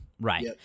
right